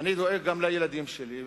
אני דואג גם לילדים שלי.